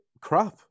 crap